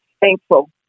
thankful